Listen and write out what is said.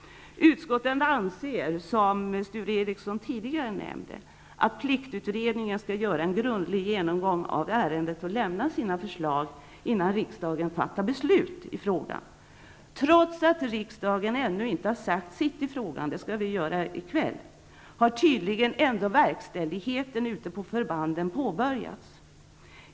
Utskottet anser, som Sture Ericson tidigare nämnde, att pliktutredningen skall göra en grundlig genomgång av ärendet och lämna sina förslag, innan riksdagen fattar beslut i frågan. Trots att riksdagen ännu inte har sagt sitt i frågan -- det skall vi göra i kväll -- har tydligen verkställigheten ute på förbanden påbörjats.